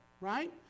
right